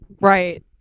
Right